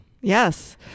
Yes